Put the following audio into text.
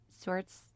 sorts